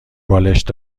بالشت